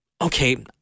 okay